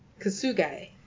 Kasugai